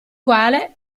quale